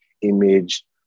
image